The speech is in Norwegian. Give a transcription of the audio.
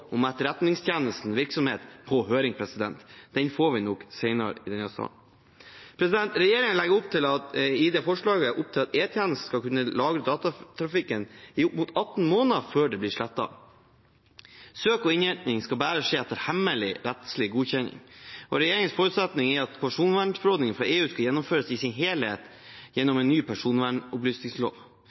om etterretningstjenestens virksomhet på høring. Den får vi nok senere i denne salen. Regjeringen legger i forslaget opp til at E-tjenesten skal kunne lagre trafikkdata i opp mot 18 måneder før det blir slettet. Søk og innhenting skal bare skje etter hemmelig rettslig godkjenning. Regjeringens forutsetning er at personvernforordningen fra EU skal gjennomføres i sin helhet gjennom en ny